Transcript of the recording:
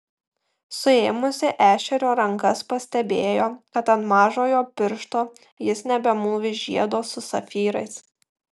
suėmusi ešerio rankas pastebėjo kad ant mažojo piršto jis nebemūvi žiedo su safyrais